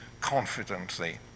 confidently